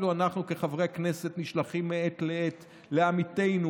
אנחנו כחברי כנסת אפילו נשלחים מעת לעת לעמיתינו